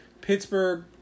Pittsburgh